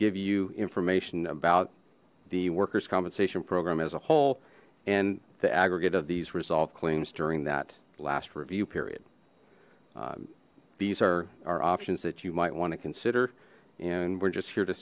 give you information about the workers compensation program as a whole and the aggregate of these resolved claims during that last review period these are our options that you might want to consider and we're just here to